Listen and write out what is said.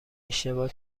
اشتباه